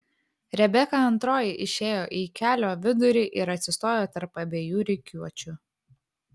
rebeka antroji išėjo į kelio vidurį ir atsistojo tarp abiejų rikiuočių